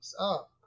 up